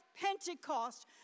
Pentecost